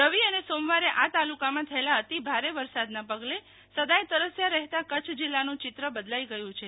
રવિ અને સોમવારે આ તાલુકા માં થયેલા અતિભારે વરસાદ ના પગલે સદાય તરસ્યા રહેતા કચ્છ જિલ્લા નું ચિત્ર બદલાઈ ગયું છે